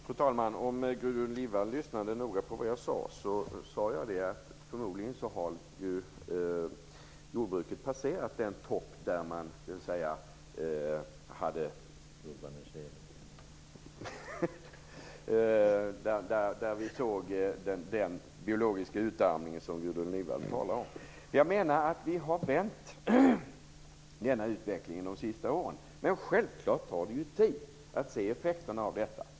Fru talman! Om Gudrun Lindvall lyssnade noga på vad jag sade hörde hon att vad jag sade var att jordbruket förmodligen har passerat den topp där vi såg den biologiska utarmning som Gudrun Lindvall talar om. Jag menar att vi har vänt denna utveckling under de senaste åren. Men självklart tar det tid att se effekterna av detta.